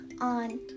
on